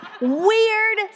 weird